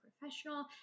professional